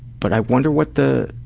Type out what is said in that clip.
but i wonder what the